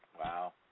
Wow